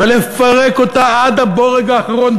ולפרק אותה עד הבורג האחרון,